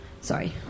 Sorry